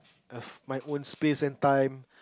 have my own space and time